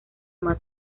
más